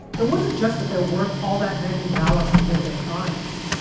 it wasn't just that there weren't all that many mallat prohibited crimes.